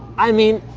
i mean,